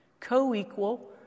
Co-equal